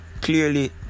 clearly